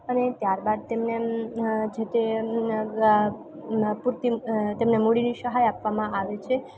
અને ત્યારબાદ તેમને આમ જેતે પૂરતી તેમને મૂડીની સહાય આપવામાં આવે છે